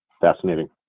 Fascinating